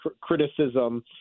Criticism